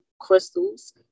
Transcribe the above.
crystals